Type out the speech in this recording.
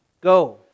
go